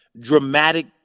dramatic